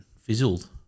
fizzled